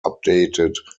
updated